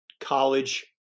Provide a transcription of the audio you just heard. college